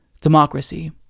democracy